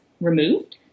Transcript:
removed